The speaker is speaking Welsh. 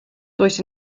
does